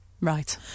Right